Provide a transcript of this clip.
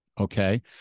Okay